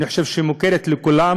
אני חושב שהיא מוכרת לכולם,